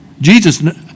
Jesus